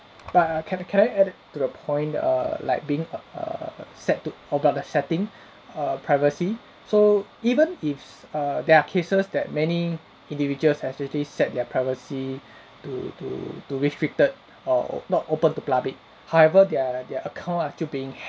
but err can I can I add it to the point that err like being err set to about the setting err privacy so even ifs err there are cases that many individuals has actually set their privacy to to to restricted or not open to public however their their account are still being hacked